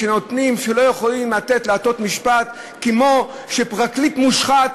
שלא יכולים לתת להטות משפט כמו שפרקליט מושחת